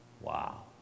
Wow